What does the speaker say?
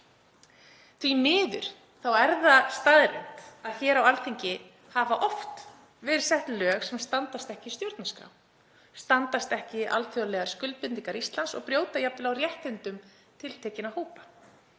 Því miður er það staðreynd að hér á Alþingi hafa oft verið sett lög sem standast ekki stjórnarskrá, standast ekki alþjóðlegar skuldbindingar Íslands og brjóta jafnvel á réttindum tiltekinna hópa.